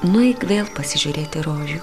nueik vėl pasižiūrėti rožių